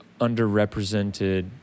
underrepresented